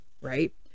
right